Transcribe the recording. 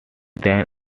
then